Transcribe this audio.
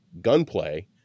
gunplay